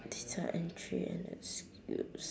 data entry and your skills